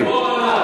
הפרוטוקולים.